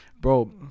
Bro